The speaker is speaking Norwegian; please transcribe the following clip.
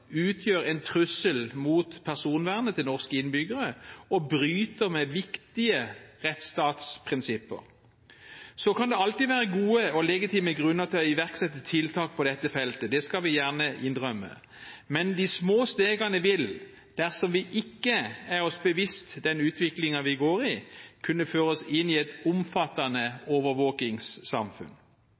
utgjør en trussel mot personvernet til norske innbyggere og bryter med viktige rettsstatsprinsipper. Så kan det alltid være gode og legitime grunner til å iverksette tiltak på dette feltet. Det skal vi gjerne innrømme. Men de små stegene vil, dersom vi ikke er oss bevisst den utviklingen vi går i, kunne føre oss inn i et omfattende overvåkingssamfunn.